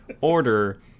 order